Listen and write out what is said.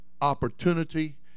opportunity